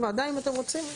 ועדיין אתם רוצים?